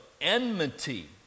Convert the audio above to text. enmity